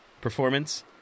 Performance